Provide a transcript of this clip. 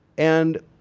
and